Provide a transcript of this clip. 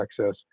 access